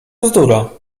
bzdura